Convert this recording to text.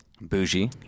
Bougie